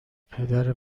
پدر